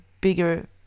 bigger